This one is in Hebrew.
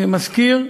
אני מזכיר: